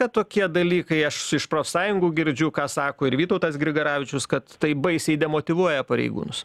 kad tokie dalykai aš iš profsąjungų girdžiu ką sako ir vytautas grigaravičius kad tai baisiai demotyvuoja pareigūnus